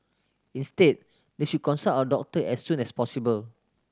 instead they should consult a doctor as soon as possible